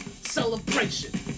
celebration